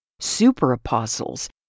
super-apostles